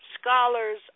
scholars